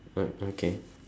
ah okay